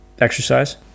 exercise